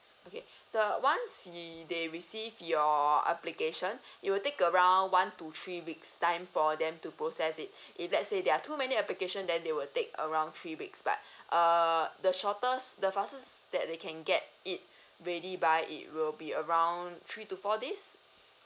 okay that once they receive your application it will take around one to three weeks time for them to process it if let's say there are too many application then they will take around three weeks but err the shortest the fastest that they can get it ready by it will be around three to four days